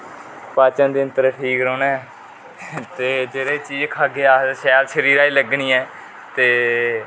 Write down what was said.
पाचनतत्रं ठीक रौहना ऐ ते जेहडी चीज खाह्गे अस शैल शरिरे गी लगनी ऐ ते